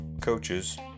coaches